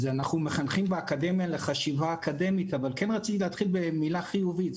אנחנו מחנכים באקדמיה לחשיבה אקדמית אבל כן רציתי להתחיל במילה חיובית.